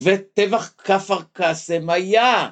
וטבח כפר קסם, היה?